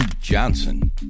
Johnson